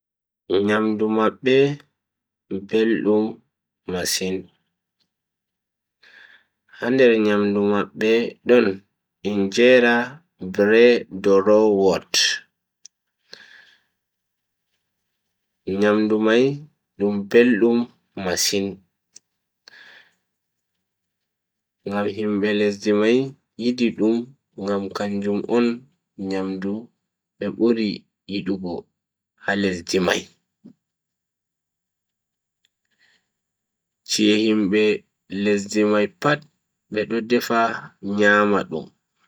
Nyamdu mabbe beldum masin, ha nder nyamdu mabbe don. nyamdu mai dum beldum masin, ngam himbe lesdi mai yidi dum ngam kanjum on nyamdu be buri yidugo ha lesdi mai. chi'e himbe lesdi mai pat bedo defa nyama dum.